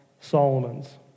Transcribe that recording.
Solomon's